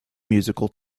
musical